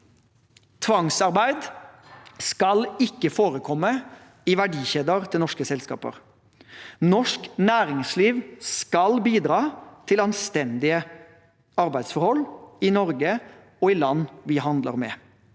Tvangsarbeid skal ikke forekomme i verdikjeder til norske selskaper. Norsk næringsliv skal bidra til anstendige arbeidsforhold i Norge og i land vi handler med.